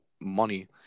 money